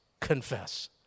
confess